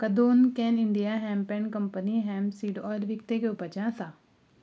म्हाका दोन can India hemp and company hemp seed oil विकतें घेवपाचें आसा